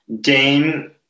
Dame